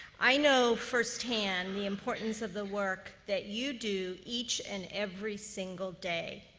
i know first-hand the importance of the work that you do each and every single day.